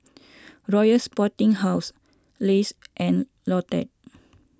Royal Sporting House Lays and Lotte